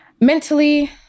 Mentally